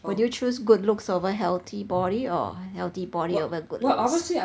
would you choose good looks over unhealthy body or healthy body over good looks